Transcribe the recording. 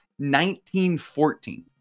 1914